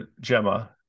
Gemma